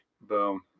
Boom